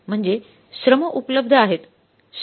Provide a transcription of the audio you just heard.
म्हणजे श्रम उपलब्ध आहेत शक्ती नाही